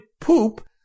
poop